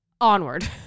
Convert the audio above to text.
onward